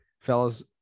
fellas